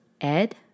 Ed